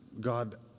God